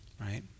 right